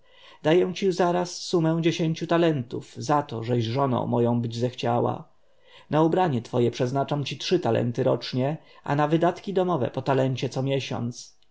zaraz sumę dziesięciu talentów za to żeś żoną moją być zechciała na ubranie twoje przeznaczam ci trzy talenty rocznie a na wydatki domowe po talencie co miesiąc